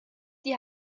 die